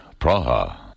Praha